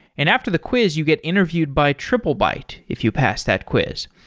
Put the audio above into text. and after the quiz you get interviewed by triplebyte if you pass that quiz.